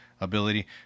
ability